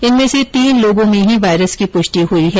इनमें से तीन लोगों में ही वायरस की पुष्टि हुई है